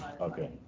Okay